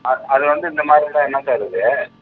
அது அது வந்து இந்தமாதிரி இருந்தால் என்ன சார் இது